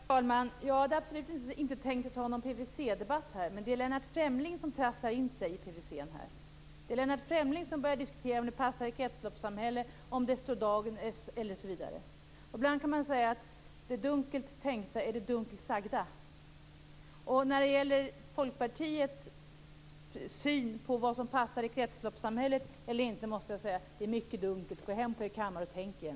Herr talman! Jag hade absolut inte tänkt föra någon PVC-debatt här. Men det är Lennart Fremling som trasslar in sig i PVC:n. Det är Lennart Fremling som börjar att diskutera om ifall det passar i kretsloppssamhället, om det i betänkandet står dagens PVC osv. Ibland brukar man säga att det dunkelt sagda är det dunkelt tänkta. När det gäller Folkpartiets syn på vad som passar i kretsloppsamhället och inte måste jag säga det är mycket dunkelt. Gå hem på er kammare och tänk igen!